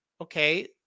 okay